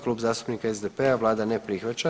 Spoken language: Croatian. Kluba zastupnika SDP-a, Vlada ne prihvaća.